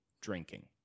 drinking